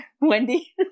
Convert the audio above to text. Wendy